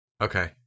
Okay